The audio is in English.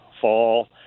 fall